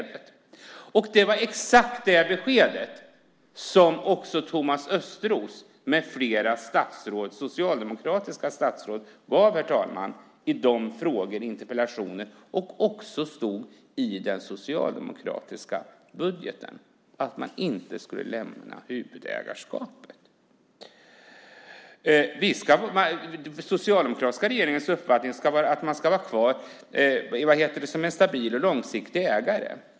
Det var exakt det besked som också Thomas Östros med flera socialdemokratiska statsråd gav i frågor och interpellationer och som också stod i den socialdemokratiska budgeten, nämligen att man inte skulle lämna huvudägarskapet. Den socialdemokratiska regeringens uppfattning är att man ska vara kvar som en stabil och långsiktig ägare.